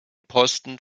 posten